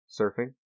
Surfing